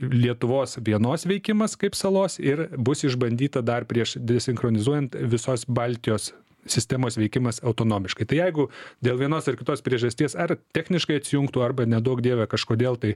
lietuvos vienos veikimas kaip salos ir bus išbandyta dar prieš sinchronizuojant visos baltijos sistemos veikimas autonomiškai tai jeigu dėl vienos ar kitos priežasties ar techniškai atsijungtų arba neduok dieve kažkodėl tai